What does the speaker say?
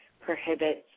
prohibits